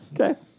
Okay